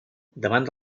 davant